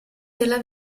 della